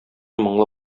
моңлы